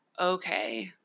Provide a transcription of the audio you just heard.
okay